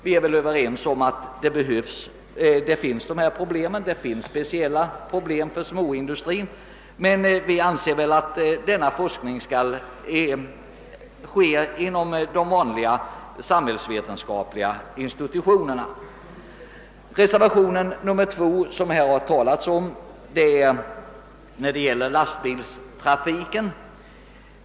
Vi är väl överens om att det finns speciella problem för småindustrin, men vi anser att denna forskning skall ske inom de vanliga samhällsvetenskapliga institutionerna. Reservationen nr 2, som man här har talat om, gäller lastbilstrafiken.